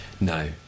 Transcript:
no